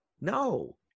No